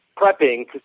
prepping